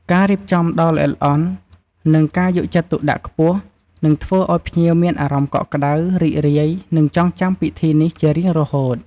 ការរៀបចំដ៏ល្អិតល្អន់ និងការយកចិត្តទុកដាក់ខ្ពស់ នឹងធ្វើឲ្យភ្ញៀវមានអារម្មណ៍កក់ក្តៅ រីករាយ និងចងចាំពិធីនេះជារៀងរហូត។